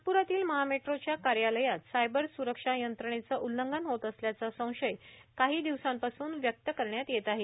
नागपुरातील महामेट्रोच्या कार्यालयात सायबर सुरक्षा यंत्रणेचं उल्लंघन होत असल्याचा संशय काही दिवसांपासून व्यक्त करण्यात येत आहे